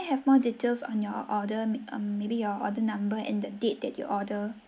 me have more details on your order um maybe your order number and the date that you order